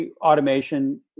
automation